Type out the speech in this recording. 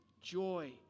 joy